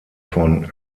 von